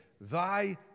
thy